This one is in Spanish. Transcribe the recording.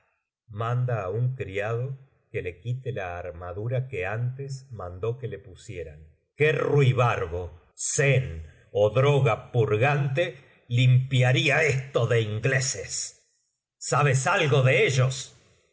manda aun criado que le quite ik armadura que antes mandó que le pudieran que ruibarbo sen ó droga purgante limpiaría esto de ingleses sabes algo de ellos